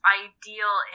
ideal